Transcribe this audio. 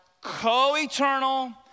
co-eternal